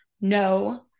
no